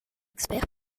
expert